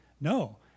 No